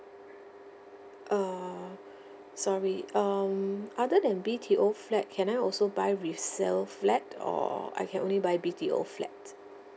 err sorry um other than B_T_O flat can I also buy resale flat or I can only buy B_T_O flat